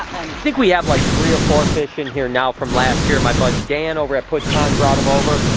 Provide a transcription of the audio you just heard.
think we have like three or four fish in here now from last year, my buddy dan over at push pond brought em over,